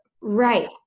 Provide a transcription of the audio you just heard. right